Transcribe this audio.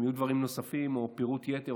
אם יהיו דברים נוספים או פירוט יתר,